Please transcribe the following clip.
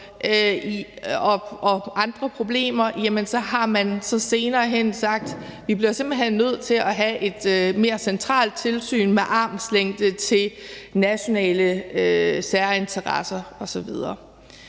og andre problemer, så har man senere hen sagt, at vi bliver nødt til at have et mere centralt tilsyn med armslængde til nationale særinteresser osv.